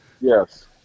Yes